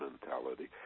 mentality